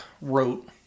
wrote